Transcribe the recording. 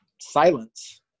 silence